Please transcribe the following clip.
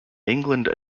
england